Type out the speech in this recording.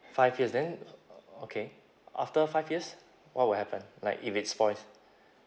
five years then okay after five years what will happen like if it spoils